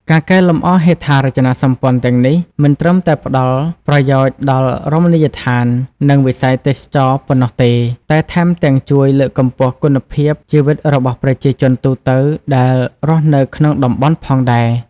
ការកែលម្អហេដ្ឋារចនាសម្ព័ន្ធទាំងនេះ មិនត្រឹមតែផ្តល់ប្រយោជន៍ដល់រមណីយដ្ឋាន និងវិស័យទេសចរណ៍ប៉ុណ្ណោះទេ តែថែមទាំងជួយ លើកកម្ពស់គុណភាពជីវិតរបស់ប្រជាជនទូទៅ ដែលរស់នៅក្នុងតំបន់ផងដែរ។